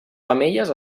femelles